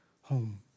home